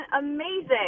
amazing